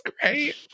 great